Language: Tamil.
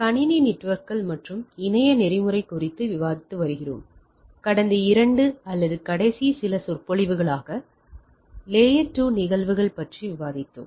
கணினி நெட்வொர்க்குகள் மற்றும் இணைய நெறிமுறை குறித்து விவாதித்து வருகிறோம் கடந்த இரண்டு அல்லது கடைசி சில சொற்பொழிவுகளாக அடுக்கு 2 நிகழ்வுகள் பற்றி விவாதித்தோம்